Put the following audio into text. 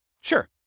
Sure